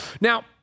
Now